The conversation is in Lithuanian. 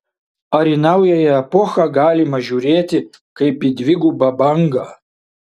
ar į naująją epochą galima žiūrėti kaip į dvigubą bangą